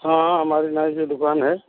हाँ हमारी नाई की दुकान है